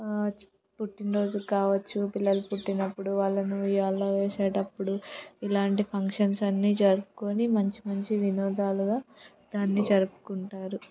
పుట్టినరోజు కావచ్చు పిల్లలు పుట్టినప్పుడు వాళ్ళను ఉయ్యాల్లో వేసినప్పుడు ఇలాంటి ఫంక్షన్స్ అన్నీ జరుపుకొని మంచి మంచి వినోదాలుగా దాన్ని జరుపుకుంటారు